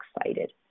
excited